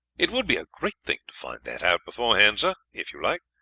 it would be a great thing to find that out beforehand, sir. if you like,